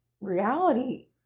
reality